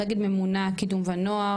אני רק אגיד ממונה קידום ונוער,